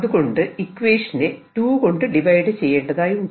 അതുകൊണ്ടു ഇക്വേഷനെ 2 കൊണ്ട് ഡിവൈഡ് ചെയ്യേണ്ടതായുണ്ട്